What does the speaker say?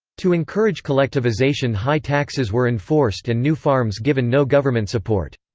to encourage collectivization high taxes were enforced and new farms given no government support.